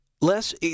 Less